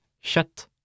shut